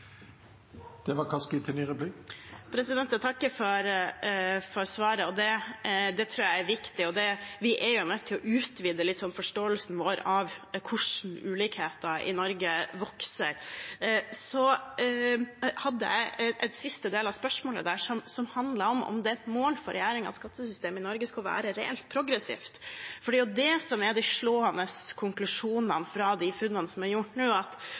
Jeg takker for svaret, og det tror jeg er viktig. Vi er nødt til å utvide forståelsen vår av hvordan ulikhetene i Norge vokser. Siste delen av spørsmålet mitt handlet om det er et mål for regjeringen at skattesystemet i Norge skal være reelt progressivt. Det er det som er de slående konklusjonene fra de funnene som er gjort nå, at